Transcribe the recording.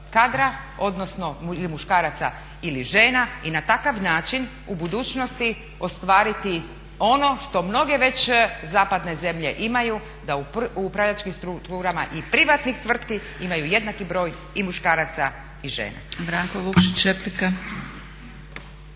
kadra ili muškaraca i žena i na takav način u budućnosti ostvariti ono što mnoge već zapadne zemlje imaju da u upravljačkim strukturama i privatnih tvrtki imaju jednaki broj i muškaraca i žena. **Zgrebec, Dragica